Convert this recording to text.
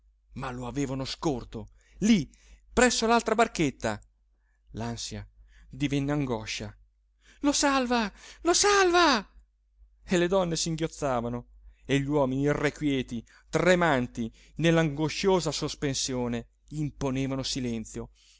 ma lo avevano scorto lí presso l'altra barchetta l'ansia divenne angosciosa lo salva lo salva e le donne singhiozzavano e gli uomini irrequieti tremanti nell'angosciosa sospensione imponevano silenzio